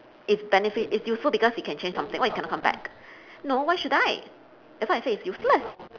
it's benefit it's useful because you can change something what if you cannot come back no why should I that's why I say it's useless